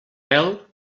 mel